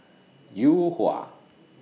Yuhua